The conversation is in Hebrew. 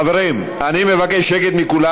חברים, אני מבקש שקט מכולם.